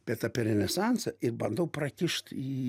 bet apie renesansą ir bandau prakišt į